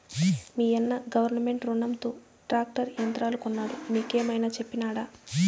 మీయన్న గవర్నమెంట్ రునంతో ట్రాక్టర్ యంత్రాలు కొన్నాడు నీకేమైనా చెప్పినాడా